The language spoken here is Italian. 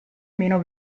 meno